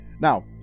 now